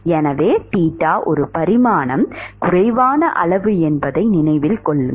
எனவே தீட்டா ஒரு பரிமாணம் குறைவான அளவு என்பதை நினைவில் கொள்ளவும்